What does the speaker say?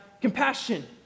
compassion